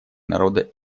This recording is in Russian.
народа